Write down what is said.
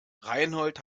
reinhold